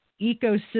ecosystem